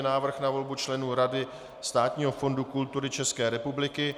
Návrh na volbu členů Rady Státního fondu kultury České republiky